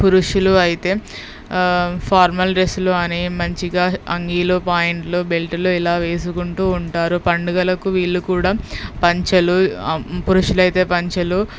పురుషులు అయితే ఫార్మల్ డ్రెస్లు అని మంచిగా అంగీలు ప్యాంటులు బెల్ట్లు ఇలా వేసుకుంటూ ఉంటారు పండుగలకు వీళ్ళు కూడా పంచెలు పురుషులైతే పంచెలు